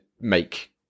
make